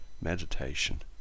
meditation